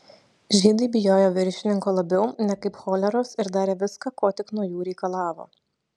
žydai bijojo viršininko labiau nekaip choleros ir darė viską ko tik nuo jų reikalavo